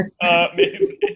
amazing